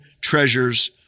treasures